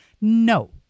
No